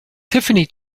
tiffany